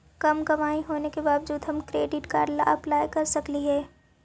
कम कमाई होने के बाबजूद हम क्रेडिट कार्ड ला अप्लाई कर सकली हे?